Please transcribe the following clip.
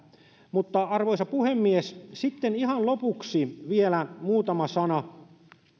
arvoisa puhemies sitten ihan lopuksi vielä muutama sana